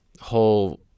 whole